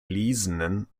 lisenen